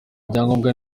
ibyangombwa